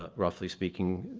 ah roughly speaking,